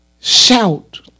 Shout